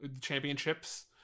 championships